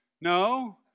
no